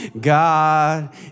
God